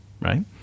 right